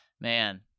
man